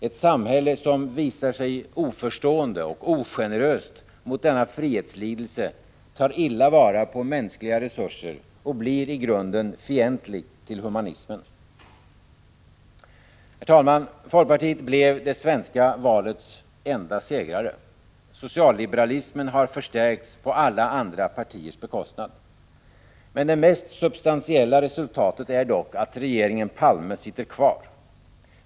Ett samhälle som visar sig oförstående och ogeneröst mot denna frihetslidelse tar illa vara på mänskliga resurser och blir i grunden fientligt till humanismen. Herr talman! Folkpartiet blev det svenska valets enda segrare. Socialliberalismen har förstärkts på alla andra partiers bekostnad. Men det mest substantiella resultatet är dock att regeringen Palme sitter kvar.